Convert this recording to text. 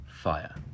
Fire